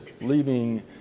leaving